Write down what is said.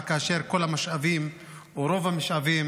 כאשר כל המשאבים או רוב המשאבים,